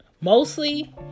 mostly